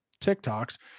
tiktoks